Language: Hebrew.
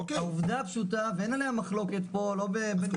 העובדה הפשוטה ואין עליה מחלוקת פה --- זאת